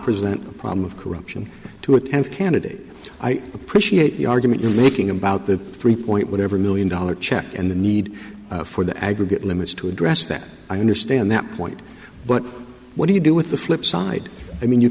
present a problem of corruption to attend candidate i appreciate the argument you're making about the three point whatever million dollar check and the need for the aggregate limits to address that i understand that point but what do you do with the flip side i mean you